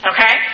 Okay